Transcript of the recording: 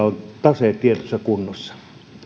on taseet tietyssä kunnossa